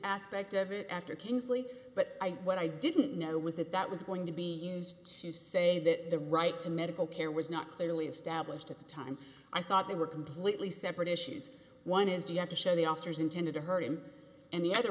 aspect of it after kingsley but i what i didn't know was that that was going to be used to say that the right to medical care was not clearly established at the time i thought they were completely separate issues one is do you have to show the officers intended to hurt him and the other